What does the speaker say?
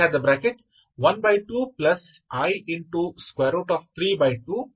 xC1ಆಗುತ್ತದೆ